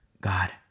God